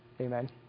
Amen